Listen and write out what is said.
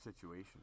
situation